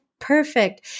perfect